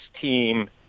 team